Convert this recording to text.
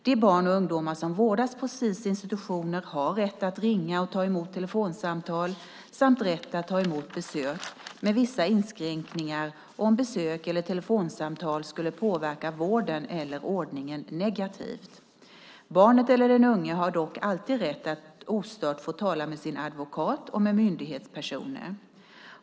De barn och ungdomar som vårdas på Sis institutioner har rätt att ringa och ta emot telefonsamtal samt rätt att ta emot besök, med vissa inskränkningar om besök eller telefonsamtal skulle påverka vården eller ordningen negativt. Barnet eller den unge har dock alltid rätt att ostört få tala med sin advokat och med myndighetspersoner.